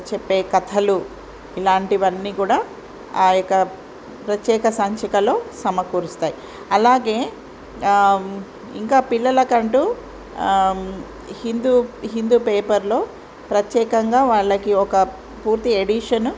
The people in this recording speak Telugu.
చెప్పే కథలు ఇలాంటివన్నీ కూడా ఆ యొక్క ప్రత్యేక సంచికలో సమకూరుస్తాయి అలాగే ఇంకా పిల్లలకం హిందూ హిందూ పేపర్లో ప్రత్యేకంగా వాళ్ళకి ఒక పూర్తి ఎడిషన్